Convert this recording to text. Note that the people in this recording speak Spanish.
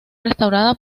restaurada